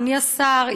אדוני השר,